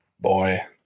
Boy